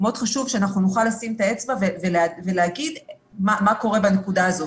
מאוד חשוב שאנחנו נוכל לשים את האצבע ולהגיד מה קורה בנקודה הזאת.